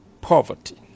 poverty